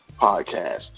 Podcast